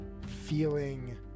Feeling